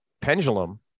Pendulum